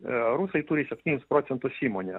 rusai turi septynis procentus įmonė